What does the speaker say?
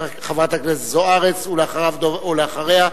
חברת הכנסת זוארץ, ואחריה,